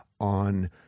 on